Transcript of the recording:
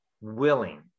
willing